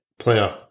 playoff